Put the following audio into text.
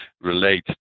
relate